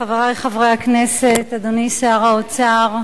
תודה רבה, חברי חברי הכנסת, אדוני שר האוצר,